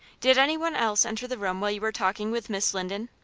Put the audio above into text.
did anyone else enter the room while you were talking with miss linden?